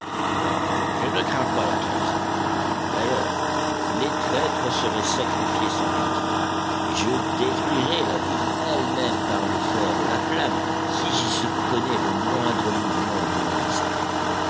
non je ne crains pas la trahison d'ailleurs les traîtres seraient sacrifiés sans pitié et je détruirais la ville elle-même par le fer ou la flamme si j'y surprenais le moindre mouvement unioniste